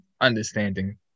understanding